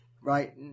right